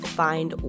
find